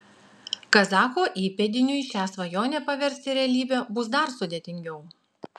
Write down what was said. kazacho įpėdiniui šią svajonę paversti realybe bus dar sudėtingiau